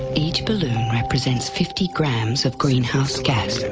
each balloon represents fifty grams of greenhouse gas.